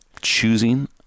choosing